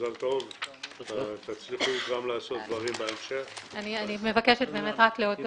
הצבעה בעד, פה אחד הצעת תקנות זכויות